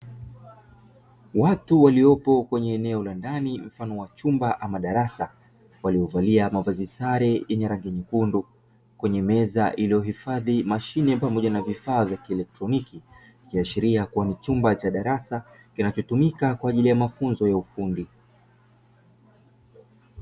Watu waliopo kwenye eneo la ndani mfano wa chumba ama darasa, waliovalia mavazi sare yenye rangi nyekundu, kwenye meza iliyohifadhi mashine pamoja na vifaa vya kielektroniki, ikiashiria kuwa ni chumba cha darasa kinachotumika kwa ajili ya mafunzo ya ufundi.